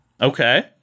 Okay